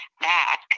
back